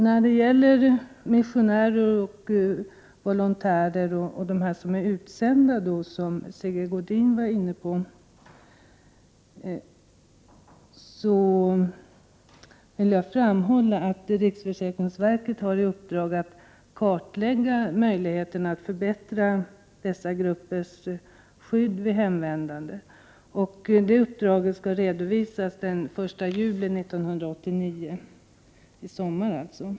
När det gäller missionärer, volontärer och personer som är utsända — som Sigge Godin talade om — vill jag framhålla att riksförsäkringsverket har i uppdrag att kartlägga möjligheterna att förbättra dessa gruppers skydd vid hemvändandet. Det uppdraget skall redovisas den 1 juli 1989, alltså i sommar.